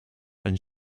and